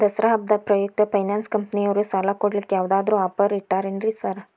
ದಸರಾ ಹಬ್ಬದ ಪ್ರಯುಕ್ತ ಫೈನಾನ್ಸ್ ಕಂಪನಿಯವ್ರು ಸಾಲ ಕೊಡ್ಲಿಕ್ಕೆ ಯಾವದಾದ್ರು ಆಫರ್ ಇಟ್ಟಾರೆನ್ರಿ ಸಾರ್?